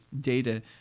data